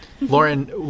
Lauren